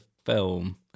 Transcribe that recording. film